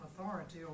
authority